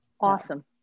Awesome